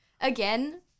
again